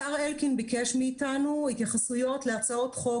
השר אלקין ביקש מאתנו התייחסויות להצעות חוק